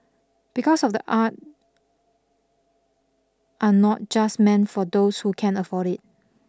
because of the art are not just meant for those who can afford it